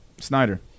Snyder